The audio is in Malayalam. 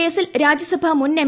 കേസിൽ രാജ്യസഭാ മുൻ എം